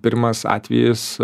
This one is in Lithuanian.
pirmas atvejis